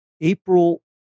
april